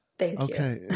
Okay